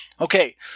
Okay